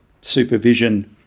supervision